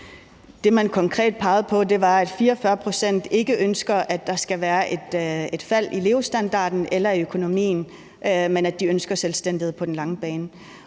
Det, man konkret pegede på, var, at 44 pct. ikke ønsker, at der skal være et fald i levestandarden eller i økonomien, men at de ønsker selvstændighed på den lange bane.